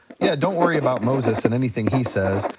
yeah, don't worry about moses and anything he says,